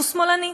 הוא שמאלני.